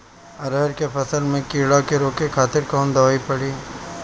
अरहर के फसल में कीड़ा के रोके खातिर कौन दवाई पड़ी?